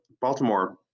Baltimore –